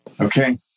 okay